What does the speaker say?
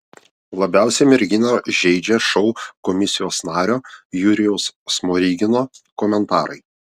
labiausiai merginą žeidžia šou komisijos nario jurijaus smorigino komentarai